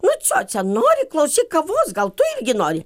nu cioce nori klausyk kavos gal tu irgi nori